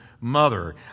mother